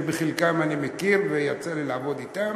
שאת חלקם אני מכיר ויצא לי לעבוד אתם: